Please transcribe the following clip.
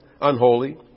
unholy